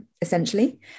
essentially